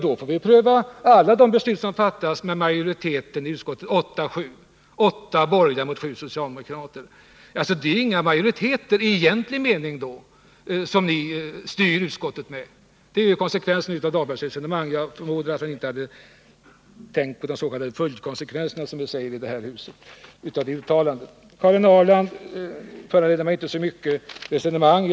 Då får vi pröva alla de beslut som fattas av en majoritet i utskottet beståend2 av åtta borgerliga ledamöter mot sju socialdemokrater. Det är då inga majoriteter i egentlig mening som ni styr utskottet med — det är ju konsekvensen av Rolf Dahlbergs resonemang. Jag förmodar att han inte tänkt på ”följdkonsekvensen” — som vi säger i det här huset — av det uttalandet. Karin Ahrlands anförande föranleder inte så mycket resonemang.